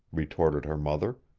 retorted her mother.